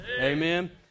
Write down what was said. amen